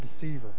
deceiver